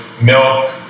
milk